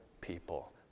people